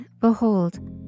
Behold